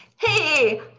Hey